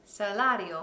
Salario